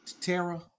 Tara